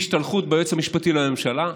הוא עסוק בהשתלחות ביועץ המשפטי לממשלה,